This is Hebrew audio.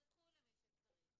אתם תדווחו למי שצריך,